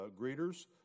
greeters